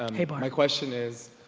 um hey barr. my question is,